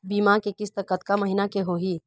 बीमा के किस्त कतका महीना के होही?